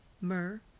myrrh